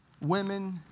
women